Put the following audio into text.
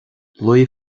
luí